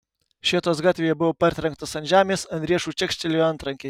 šėtos gatvėje buvo partrenktas ant žemės ant riešų čekštelėjo antrankiai